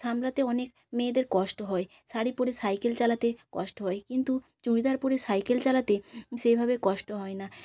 সামলাতে অনেক মেয়েদের কষ্ট হয় শাড়ি পরে সাইকেল চালাতে কষ্ট হয় কিন্তু চুড়িদার পরে সাইকেল চালাতে সেভাবে কষ্ট হয় না